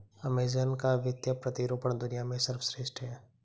Amazon का वित्तीय प्रतिरूपण दुनिया में सर्वश्रेष्ठ है